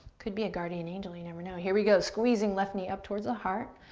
could be a guardian angel, you never know. here we go, squeezing left knee up towards the heart.